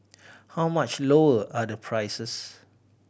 how much lower are the prices